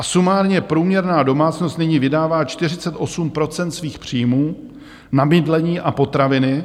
Sumárně průměrná domácnost nyní vydává 48 % svých příjmů na bydlení a potraviny.